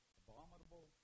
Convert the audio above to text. abominable